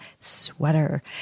sweater